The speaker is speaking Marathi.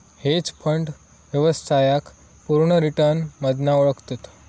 हेज फंड व्यवसायाक पुर्ण रिटर्न मधना ओळखतत